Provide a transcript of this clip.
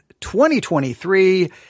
2023